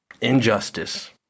injustice